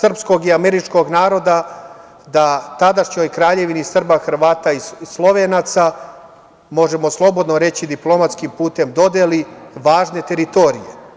srpskog i američkog naroda, da tadašnjoj Kraljevini Srba, Hrvata i Slovenaca, možemo slobodno reći diplomatskim putem, dodeli važne teritorije.